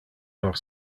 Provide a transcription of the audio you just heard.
lor